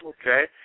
Okay